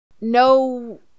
no